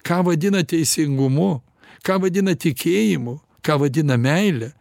ką vadina teisingumu ką vadina tikėjimu ką vadina meile